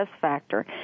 factor